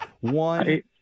One